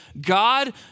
God